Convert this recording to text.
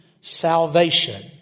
salvation